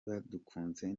batunzwe